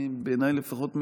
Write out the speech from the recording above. בעיניי לפחות,